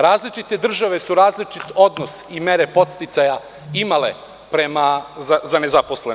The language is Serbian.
Različite države su različit odnos i mere podsticaja imale za nezaposlene.